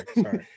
Sorry